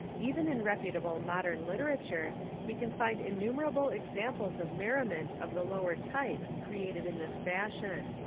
even in reputable modern literature we can find innumerable examples of merriment of the lower type created in this fashion.